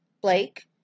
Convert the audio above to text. Blake